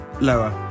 lower